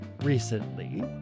Recently